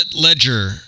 Ledger